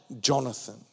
Jonathan